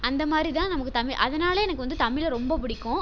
அந்த மாதிரி தான் நமக்கு தமிழ் அதனாலயே எனக்கு வந்து தமிழ் ரொம்பப் பிடிக்கும்